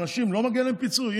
אנשים, לא מגיע להם פיצוי?